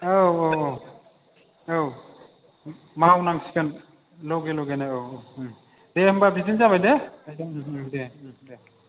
औ औ औ औ मावनांसिगोन लगे लगेनो औ औ दे होनबा बिदिनो जाबाय दे दे दे